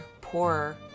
poorer